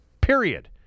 period